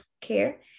care